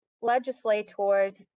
legislators